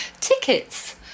tickets